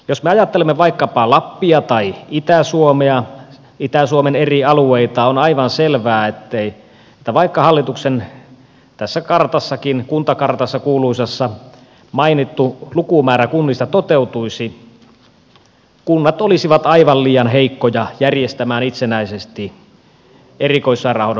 jos me ajattelemme vaikkapa lappia tai itä suomea itä suomen eri alueita on aivan selvää että vaikka tässä hallituksen kartassakin kuntakartassa kuuluisassa mainittu lukumäärä kunnista toteutuisi kunnat olisivat aivan liian heikkoja järjestämään itsenäisesti erikoissairaanhoidon palvelut